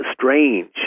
strange